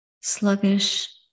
sluggish